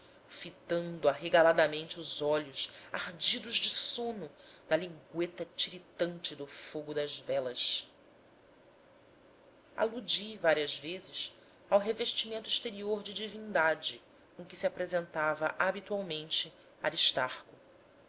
fitando arregaladamente os olhos ardidos de sono na lingüeta tiritante do fogo das velas aludi várias vezes ao revestimento exterior de divindade com que se apresentava habitualmente aristarco